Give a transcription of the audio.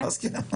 כן.